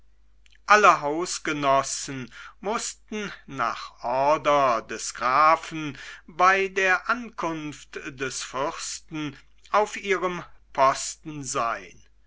alle hausgenossen mußten nach ordre des grafen bei der ankunft des fürsten auf ihrem posten sein